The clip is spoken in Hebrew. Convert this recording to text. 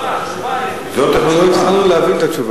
זו התשובה.